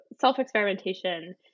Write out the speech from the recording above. self-experimentation